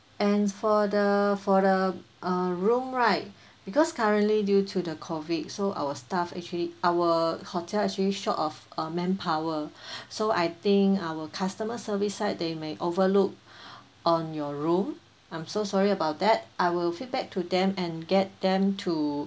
and for the for the uh room right because currently due to the COVID so our staff actually our hotel actually short of uh manpower so I think our customer service side they may overlook on your room I'm so sorry about that I will feedback to them and get them to